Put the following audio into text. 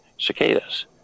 cicadas